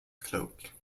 cloak